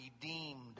redeemed